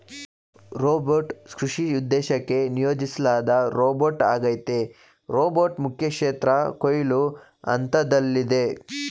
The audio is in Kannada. ರೊಬೋಟ್ ಕೃಷಿ ಉದ್ದೇಶಕ್ಕೆ ನಿಯೋಜಿಸ್ಲಾದ ರೋಬೋಟ್ಆಗೈತೆ ರೋಬೋಟ್ ಮುಖ್ಯಕ್ಷೇತ್ರ ಕೊಯ್ಲು ಹಂತ್ದಲ್ಲಿದೆ